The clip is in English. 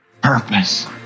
purpose